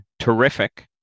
terrific